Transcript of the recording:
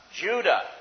Judah